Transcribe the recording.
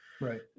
Right